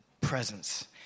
presence